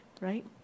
right